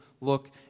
look